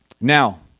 Now